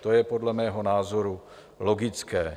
To je podle mého názoru logické.